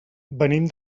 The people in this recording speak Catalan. venim